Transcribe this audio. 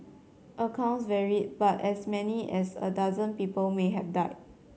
accounts varied but as many as a dozen people may have died